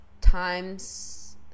times